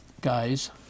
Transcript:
guys